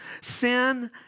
Sin